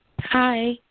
Hi